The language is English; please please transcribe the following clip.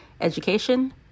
education